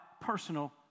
personal